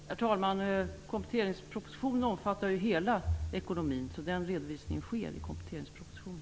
Herr talman! Kompletteringspropositionen omfattar ju hela ekonomin, så redovisningen sker i den.